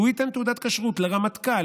שהוא ייתן תעודת כשרות לרמטכ"ל,